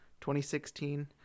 2016